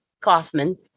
Kaufman